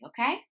okay